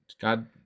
God